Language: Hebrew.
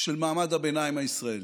של מעמד הביניים הישראלי.